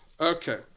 Okay